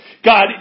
God